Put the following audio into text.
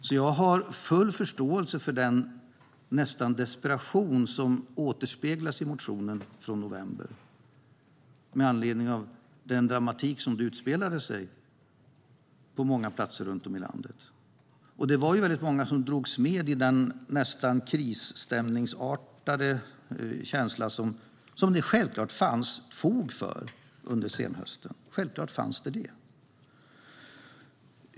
Jag har därför full förståelse för den nästan desperation som återspeglas i motionen från november med anledning av den dramatik som då utspelade sig på många platser runt om i landet. Det var många som drogs med i den nästan krisstämningsartade känslan, som det självklart fanns fog för under senhösten.